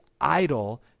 idol